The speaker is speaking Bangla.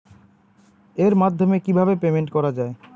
এর মাধ্যমে কিভাবে পেমেন্ট করা য়ায়?